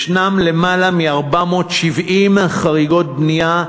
יש למעלה מ-470 חריגות בנייה,